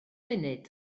funud